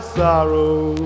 sorrow